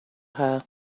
her